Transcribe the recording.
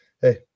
hey